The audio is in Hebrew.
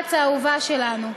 בארץ האהובה שלנו.